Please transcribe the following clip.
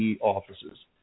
offices